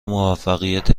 موفقیت